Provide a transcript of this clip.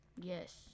Yes